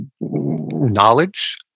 knowledge